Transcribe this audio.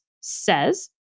says